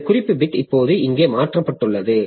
இந்த குறிப்பு பிட் இப்போது இங்கே மாற்றப்பட்டுள்ளது